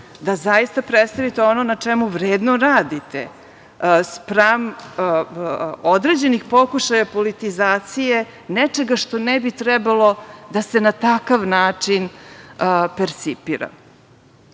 da zaista predstavite ono na čemu vredno radite spram određenih pokušaja politizacije nečega što ne bi trebalo da se na takav način percipira. Takođe